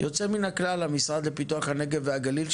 יוצא מן הכלל הוא המשרד לפיתוח הנגב והגליל,